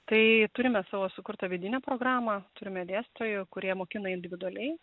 tai turime savo sukurtą vidinę programą turime dėstytojų kurie mokina individualiai